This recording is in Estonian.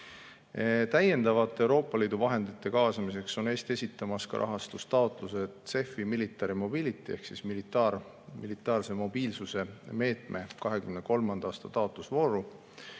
Täiendavate Euroopa Liidu vahendite kaasamiseks on Eesti esitamas ka rahastustaotlusi CEF-i Military Mobility ehk militaarse mobiilsuse meetme 2023. aasta taotlusvooru.